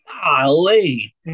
Golly